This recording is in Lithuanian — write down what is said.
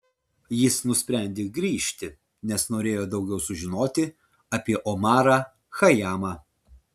jis nusprendė grįžti nes norėjo daugiau sužinoti apie omarą chajamą